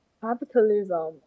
capitalism